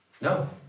No